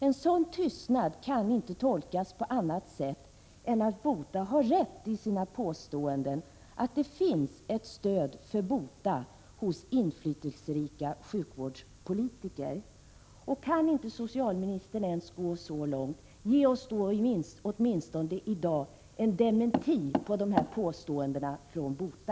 En sådan tystnad kaninte tolkas på annat sätt än så, att BOTA har rätt i sina påståenden att det finns ett stöd för BOTA hos inflytelserika sjukvårdspolitiker. Kan socialministern inte ens gå så långt — ge oss då åtminstone i dag en dementi på de påståendena från BOTA!